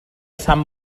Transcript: sant